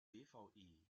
dvi